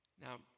Now